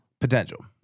potential